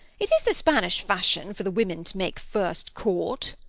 it is the spanish fashion, for the women to make first court.